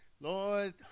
lord